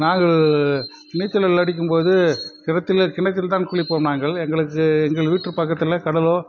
நாங்கள் நீச்சல் அடிக்கும்போது கிணத்தில் கிணத்தில்தான் குளிப்போம் நாங்கள் எங்களுக்கு எங்கள் வீட்டு பக்கத்தில் கடலோ